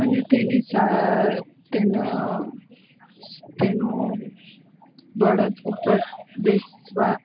અને તેને તેનું તેનું બળદ ઉપર બેસવા